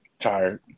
tired